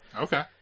Okay